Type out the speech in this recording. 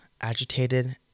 agitated